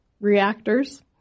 reactors